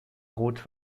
rot